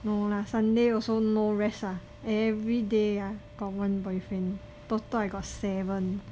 no lah sunday also no rest ah every day ah got one boyfriend total I got seven